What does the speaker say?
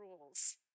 rules